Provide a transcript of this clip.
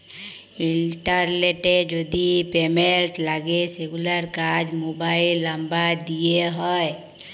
ইলটারলেটে যদি পেমেল্ট লাগে সেগুলার কাজ মোবাইল লামবার দ্যিয়ে হয়